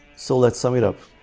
so let's sum it up!